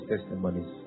testimonies